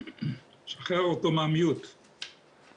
את הזעקה אתה גם מבין ואתה שומע,